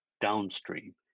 downstream